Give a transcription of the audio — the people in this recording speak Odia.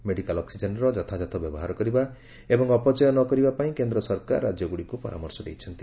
ମେଡ଼ିକାଲ ଅକ୍ଟିଜେନର ଯଥାଯଥ ବ୍ୟବହାର କରିବା ଏବଂ ଅପଚୟ ନ କରିବା ପାଇଁ କେନ୍ଦ୍ର ସରକାର ରାଜ୍ୟଗୁଡ଼ିକୁ ପରାମର୍ଶ ଦେଇଛନ୍ତି